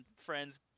friends